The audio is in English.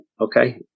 okay